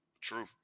True